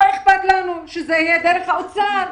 לא אכפת לנו שזה יהיה דרך האוצר,